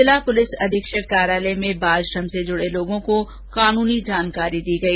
जिला पुलिस अधीक्षक कार्यालय में बाल श्रम से जुड़े लोगों को कानूनी जानकारी दी गई